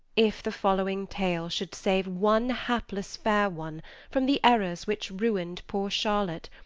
if the following tale should save one hapless fair one from the errors which ruined poor charlotte,